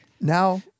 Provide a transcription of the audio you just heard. now